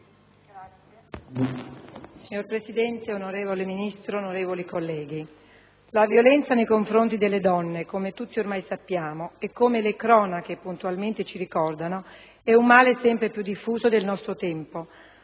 Signor Presidente, onorevole Ministro, onorevoli colleghi, la violenza nei confronti delle donne, come tutti ormai sappiamo e come le cronache puntualmente ci ricordano, è un male sempre più diffuso del nostro tempo,